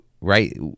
right